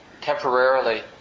temporarily